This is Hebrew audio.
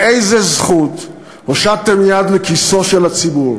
באיזה זכות הושטתם יד לכיסו של הציבור,